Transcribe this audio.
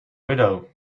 widow